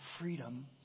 freedom